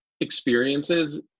experiences